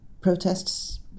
protests